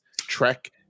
Trek